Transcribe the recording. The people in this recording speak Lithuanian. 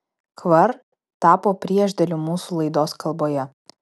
kvar tapo priešdėliu mūsų laidos kalboje